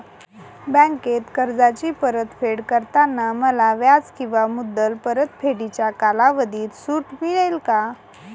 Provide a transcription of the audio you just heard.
बँकेत कर्जाची परतफेड करताना मला व्याज किंवा मुद्दल परतफेडीच्या कालावधीत सूट मिळेल का?